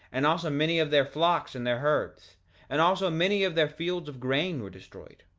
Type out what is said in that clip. and also many of their flocks and their herds and also many of their fields of grain were destroyed,